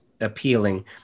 appealing